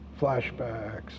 flashbacks